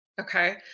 Okay